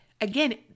again